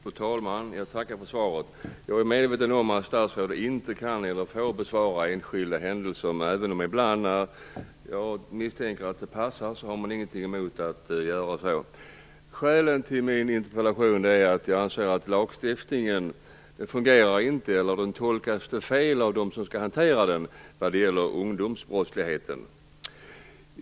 Fru talman! Jag tackar för svaret. Jag är medveten om att statsrådet inte kan eller får kommentera enskilda händelser. Men ibland tycks man inte ha något emot det - jag misstänker att det är när det passar att göra det. Skälet till min interpellation är att jag anser att lagstiftningen inte fungerar vad gäller ungdomsbrottsligheten, eller att den tolkas felaktigt av dem som skall hantera den.